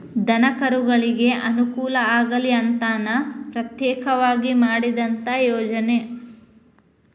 ದನಕರುಗಳಿಗೆ ಅನುಕೂಲ ಆಗಲಿ ಅಂತನ ಪ್ರತ್ಯೇಕವಾಗಿ ಮಾಡಿದಂತ ಯೋಜನೆ